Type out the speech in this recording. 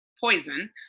poison